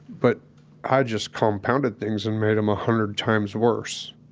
but i just compounded things and made em a hundred times worse